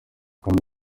kandi